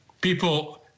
people